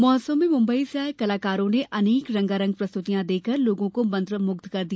महोत्सव में मुंबई से आए कलाकारों ने अनेक रंगारंग प्रस्तुतियां देकर लोगों को मंत्रमुग्ध कर दिया